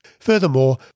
Furthermore